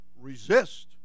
Resist